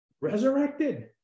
resurrected